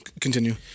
Continue